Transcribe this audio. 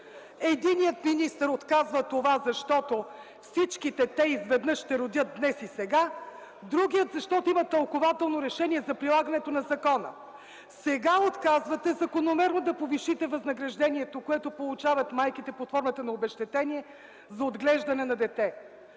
Единият министър отказва това, защото всички те изведнъж ще родят днес и сега, а другият, защото има тълкувателно решение за прилагането на закона. Сега отказвате закономерно да повишите възнаграждението, което получават майките под формата на обезщетение за отглеждане на дете.